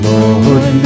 Lord